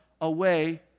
away